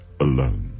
alone